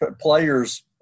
players